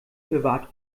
bewahrt